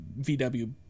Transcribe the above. VW